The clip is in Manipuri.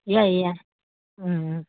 ꯌꯥꯏ ꯌꯥꯏ ꯎꯝ